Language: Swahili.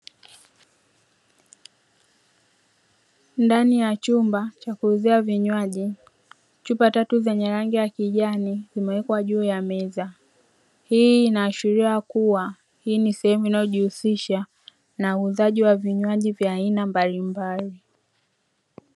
Ndani ya chumba cha kuuzia vinywaji chupa tatu zenye rangi ya kijani zimewekwa juu ya meza, hii inaashiria kuwa hii ni sehemu inayojihusisha na uuzaji wa vinywaji vya aina mbalimbali.